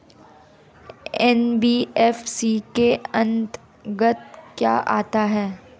NBFC के अंतर्गत क्या आता है?